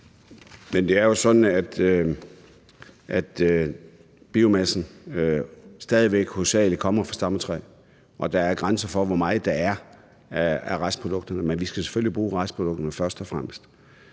Men det er jo sådan, at biomassen stadig væk hovedsagelig kommer fra stammetræ, og der er grænser for, hvor meget der er af restprodukterne. Men vi skal selvfølgelig bruge restprodukterne først og fremmest.